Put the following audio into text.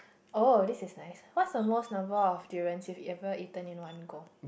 oh this is nice what's the most number of durians you've ever eaten at one go